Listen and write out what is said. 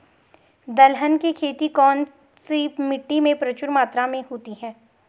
दलहन की खेती कौन सी मिट्टी में प्रचुर मात्रा में होती है?